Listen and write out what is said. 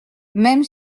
même